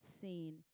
seen